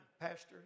pastor